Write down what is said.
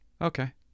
Okay